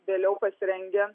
vėliau pasirengę